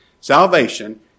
Salvation